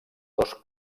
dos